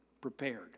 prepared